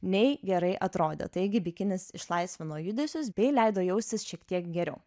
nei gerai atrodė taigi bikinis išlaisvino judesius bei leido jaustis šiek tiek geriau